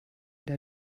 der